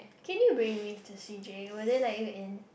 can you bring me to C_J will they let you in